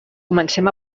comencem